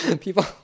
people